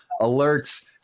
alerts